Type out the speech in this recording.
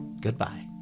Goodbye